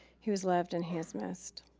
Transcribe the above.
he was loved and he is missed.